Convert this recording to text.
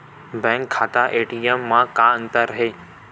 Bank खाता ATM मा का अंतर हे?